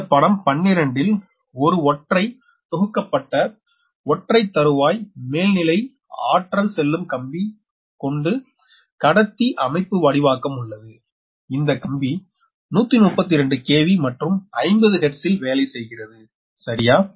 இந்த படம் 12 ல் ஒரு ஒற்றை தொகுக்கப்பட்ட ஒற்றை தருவாய் மேல்நிலை ஆற்றல் செல்லும் கம்பி கொண்டு கடத்தி அமைப்புவடிவாக்கம் உள்ளது இந்த கம்பி 132 KV மற்றும் 50 ஹெர்ட்ஸ் ல் வேலை செய்கிறது சரியா